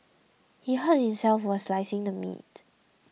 he hurt himself while slicing the meat